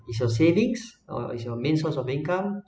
it's your savings or it's your main source of income